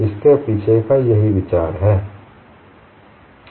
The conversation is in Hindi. इसके पीछे का विचार यही है